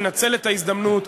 לנצל את ההזדמנות,